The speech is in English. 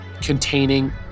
containing